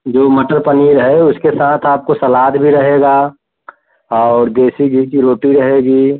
जो मटर पनीर है उसके साथ आपको सलाद भी रहेगा और देसी घी की रोटी रहेगी